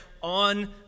on